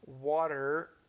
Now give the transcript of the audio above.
water